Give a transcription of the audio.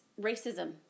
racism